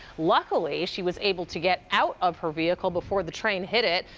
luckily, she was able to get out of her vehicle before the train hit it.